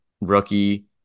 rookie